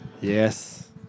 Yes